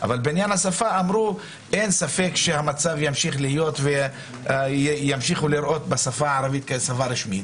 אבל בעניין השפה אמרו: אין ספק שימשיכו לראות בשפה הערבית כשפה רשמית.